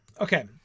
Okay